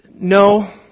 no